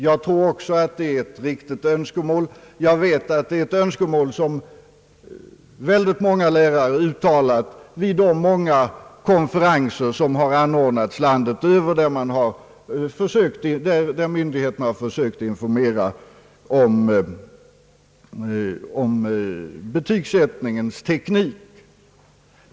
Jag tror också att det är ett riktigt önskemål, och jag vet att det är ett önskemål som många lärare uttalat vid de många konferenser som anordnats landet över, där myndigheterna har försökt informera om betygssättningens teknik.